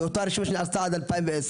באותה רשימה שנעשתה ב-2010,